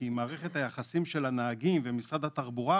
כי מערכת היחסים של הנהגים ומשרד התחבורה